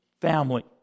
family